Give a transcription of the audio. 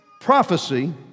prophecy